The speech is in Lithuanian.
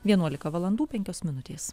vienuolika valandų penkios minutės